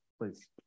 Please